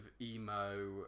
emo